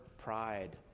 pride